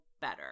better